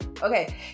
Okay